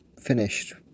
finished